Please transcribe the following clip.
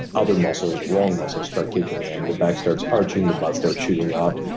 other muscles, wrong muscles start kicking in. the back starts arching. the butt starts shooting up.